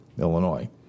Illinois